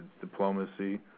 diplomacy